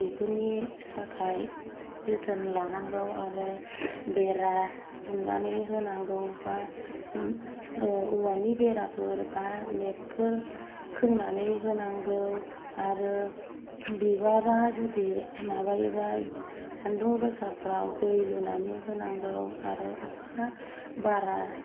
बेफोरनि थाखाय जोथोन लानांगौ आरो बेरा दुमनानै होनांगौ बा औवानि बेराफोर बा नेट फोर खोंनानै होनांगौ आरो बिबारा जुदि माबायोबा सानदुं गोसाफोरावव दै लुनानै होनांगौ आरो अखा बारा